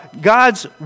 God's